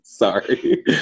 sorry